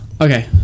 okay